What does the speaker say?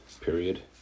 period